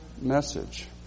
message